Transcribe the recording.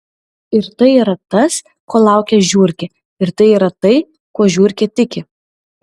ir tai yra tas ko laukia žiurkė ir tai yra tai kuo žiurkė tiki